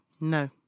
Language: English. No